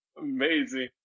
amazing